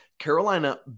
Carolina